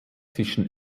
zwischen